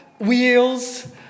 wheels